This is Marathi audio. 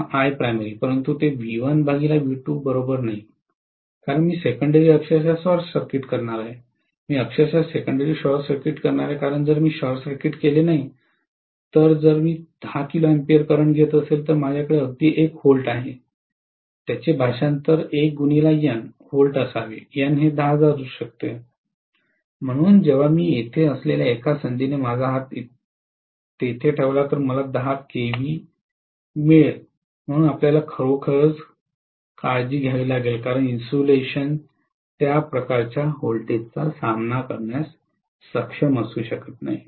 किंवा Iprimary परंतु ते बरोबर नाही कारण मी सेकेंडरी अक्षरशः शॉर्ट सर्किट करणार आहे मी अक्षरशः सेकेंडरी शॉर्ट सर्किट करणार आहे कारण जर मी शॉर्ट सर्किट केले नाही तर जर मी 10 kA करंट घेत असेल तर माझ्याकडे अगदी 1 V आहे त्याचे भाषांतर 1xN V असावे N हे 10000 असू शकते म्हणून जेव्हा मी तेथे असलेल्या एका संधीने माझा हात तेथे ठेवला तर मला 10 kV मिळेल म्हणून आम्हाला खरोखर काळजी घ्यावी लागेल कारण इन्सुलेशन त्या प्रकारच्या व्होल्टेजचा सामना करण्यास सक्षम असू शकत नाही